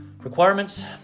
requirements